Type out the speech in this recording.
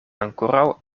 ankoraŭ